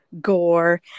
gore